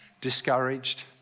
discouraged